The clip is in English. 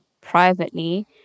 privately